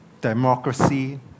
democracy